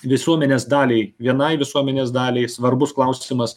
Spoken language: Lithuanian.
visuomenės daliai vienai visuomenės daliai svarbus klausimas